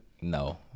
No